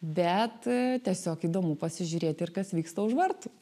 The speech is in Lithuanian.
bet tiesiog įdomu pasižiūrėti ir kas vyksta už vartų